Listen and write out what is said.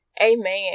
Amen